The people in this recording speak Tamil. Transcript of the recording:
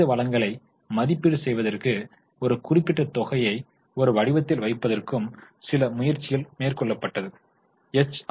மனிதவளங்களை மதிப்பீடு செய்வதற்கு ஒரு குறிப்பிட்ட தொகையை ஒரு வடிவத்தில் வைப்பதற்கு சில முயற்சிகள் மேற்கொள்ளப்பட்டுள்ளது எச்